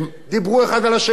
דיברו האחד על השני.